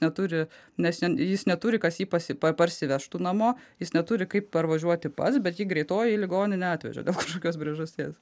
neturi nes jis neturi kas jį pasi parsivežtų namo jis neturi kaip parvažiuoti pats bet jį greitoji į ligoninę atvežė dėl kažkokios priežasties